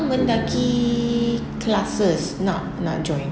Mendaki classes nak nak join